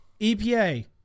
EPA